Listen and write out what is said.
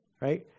right